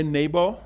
neighbor